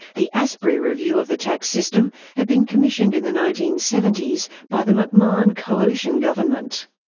the asprey review of the tax system had been commissioned in the nineteen seventy s by the mcmahon coalition government.